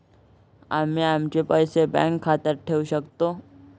आम्ही आमचे पैसे बँक खात्यात ठेवू शकतो